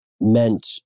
meant